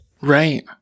Right